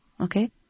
okay